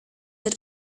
had